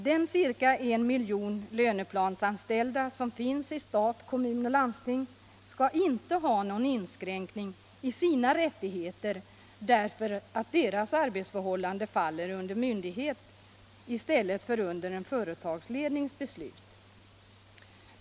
De ca I miljon löneplansanställda som finns i stat, kommun och landsting skall inte ha någon inskränkning i sina rättigheter därför att deras arbetsförhållanden faller under myndighets i stället för under en företagslednings beslut.